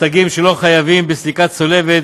מותגים שלא חייבים בסליקה צולבת